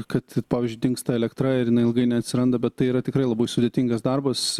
kad pavyzdžiui dingsta elektra ir jinai ilgai neatsiranda bet tai yra tikrai labai sudėtingas darbas